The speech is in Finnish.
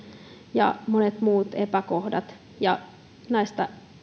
ja monet muut epäkohdat ja näistä